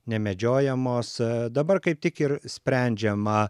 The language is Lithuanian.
nemedžiojamos dabar kaip tik ir sprendžiama